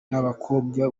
n’abakobwa